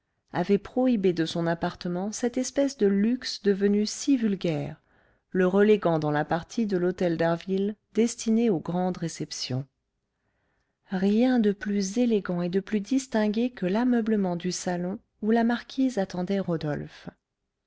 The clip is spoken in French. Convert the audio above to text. avait prohibé de son appartement cette espèce de luxe devenu si vulgaire le reléguant dans la partie de l'hôtel d'harville destinée aux grandes réceptions rien de plus élégant et de plus distingué que l'ameublement du salon où la marquise attendait rodolphe